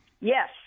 Yes